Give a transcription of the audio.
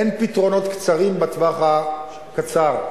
אין פתרונות בטווח הקצר.